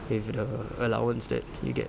with the allowance that we get